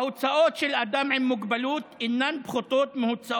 ההוצאות של אדם עם מוגבלות אינן פחותות משל